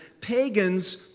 pagans